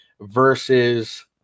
versus